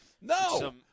no